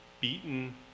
beaten